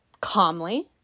calmly